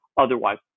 otherwise